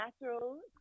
natural